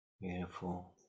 beautiful